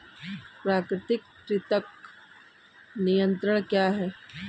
प्राकृतिक कृंतक नियंत्रण क्या है?